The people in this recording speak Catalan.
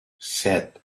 set